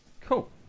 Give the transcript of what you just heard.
Cool